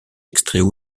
extraits